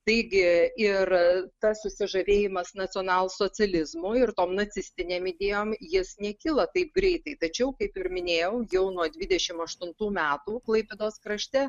taigi ir tas susižavėjimas nacionalsocializmu ir tom nacistinėm idėjom jis nekilo taip greitai tačiau kaip ir minėjau jau nuo dvidešimt aštuntų metų klaipėdos krašte